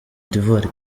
d’ivoire